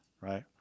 Right